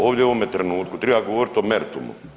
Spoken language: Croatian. Ovdje u ovome trenutku triba govorit o meritumu.